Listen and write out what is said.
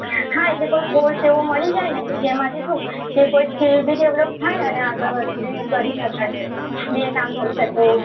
હા એટલે કોઈ કોર્સ એવો મળી જાય ને કે જેમાંથી શું કે કોઈ સ્કિલ બી ડેવલોપ થાય અને આગળ વર્ક બી કરી શકાય બે કામ થઈ શકે એવું